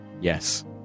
Yes